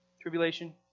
Tribulation